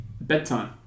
bedtime